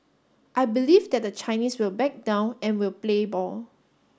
I believe that the Chinese will back down and will play ball